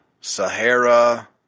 Sahara